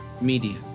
media